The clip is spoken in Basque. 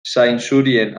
zainzurien